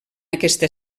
aquesta